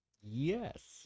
Yes